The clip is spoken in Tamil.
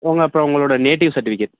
உங்கள் அப்புறம் உங்களோட நேட்டிவ் சர்ட்டிவிகேட்